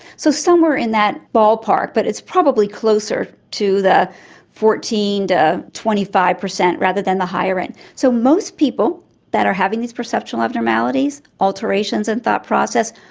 so somewhere in that ballpark, but it's probably closer to the fourteen percent to ah twenty five percent rather than the higher end. so most people that are having these perceptual abnormalities, alterations in thought process,